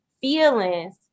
feelings